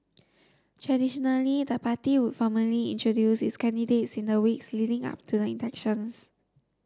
traditionally the party would formally introduce its candidates in the weeks leading up to the elections